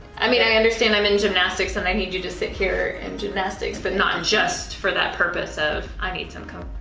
i mean, i understand i'm in gymnastics and i need you to sit here in gymnastics, but not just for that purpose of i need some kind of